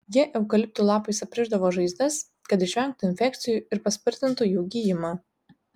jie eukalipto lapais aprišdavo žaizdas kad išvengtų infekcijų ir paspartintų jų gijimą